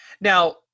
now